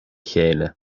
chéile